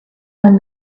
when